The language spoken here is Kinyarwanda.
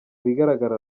bigaragara